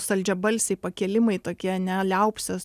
saldžiabalsiai pakėlimai tokie ne liaupsės